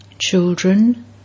Children